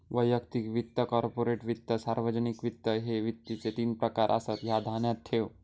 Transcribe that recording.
वैयक्तिक वित्त, कॉर्पोरेट वित्त, सार्वजनिक वित्त, ह्ये वित्ताचे तीन प्रकार आसत, ह्या ध्यानात ठेव